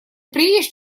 приедешь